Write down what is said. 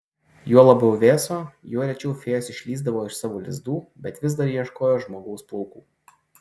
juo labiau vėso juo rečiau fėjos išlįsdavo iš savo lizdų bet vis dar ieškojo žmogaus plaukų